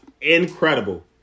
incredible